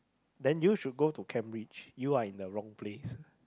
then you should go to Cambridge you are in the wrong place